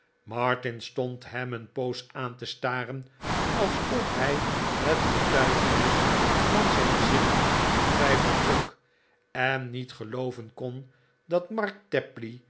martin stond hem een poos aan te staren alsof hij het getuigenis van zijn zinnen in twijfel trok en niet gelooven kon dat